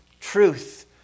truth